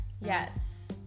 Yes